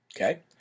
Okay